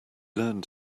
learned